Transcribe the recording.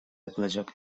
yapılacak